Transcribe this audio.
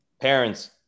parents